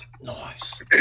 Nice